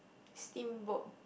steamboat